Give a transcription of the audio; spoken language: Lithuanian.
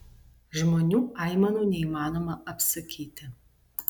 žmonių aimanų neįmanoma apsakyti